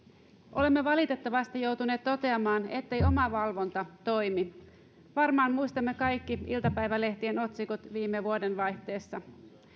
olemme valitettavasti joutuneet toteamaan ettei omavalvonta toimi varmaan muistamme kaikki iltapäivälehtien otsikot viime vuoden vaihteessa